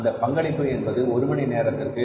அந்த பங்களிப்பு என்பது ஒரு மணி நேரத்திற்கு